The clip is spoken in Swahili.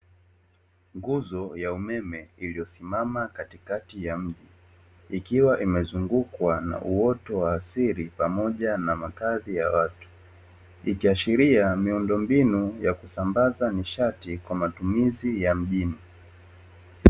Nguzo ya umeme iliyosimama katikati ya mji, iliyosimama katikati ya mji, ikiwa imezungukwa na uoto wa asili pamoja na makazi ya watu ikiashiria miundombinu ya kusambaza nishati kwa matumizi ya mjini.